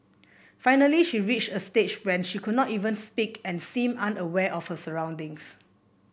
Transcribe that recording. finally she reached a stage when she could not even speak and seemed unaware of her surroundings